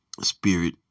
spirit